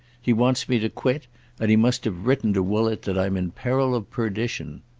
he wants me to quit and he must have written to woollett that i'm in peril of perdition.